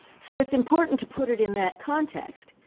so it's important to put it in that context,